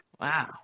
Wow